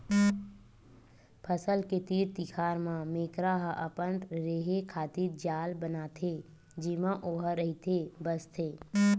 फसल के तीर तिखार म मेकरा ह अपन रेहे खातिर जाल बनाथे जेमा ओहा रहिथे बसथे